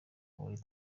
muri